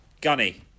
Gunny